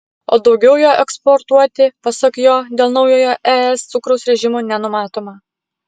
o daugiau jo eksportuoti pasak jo dėl naujojo es cukraus režimo nenumatoma